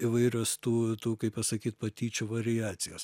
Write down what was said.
įvairios tų tų kaip pasakyt patyčių variacijos